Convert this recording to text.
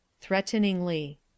Threateningly